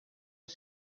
est